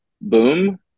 boom